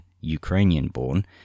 Ukrainian-born